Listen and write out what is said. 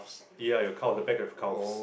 ya your calf the back of your calves